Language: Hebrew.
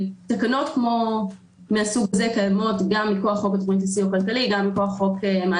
תקנות מן הסוג הזה קיימות גם מכוח חוק התוכנית לסיוע כלכלי,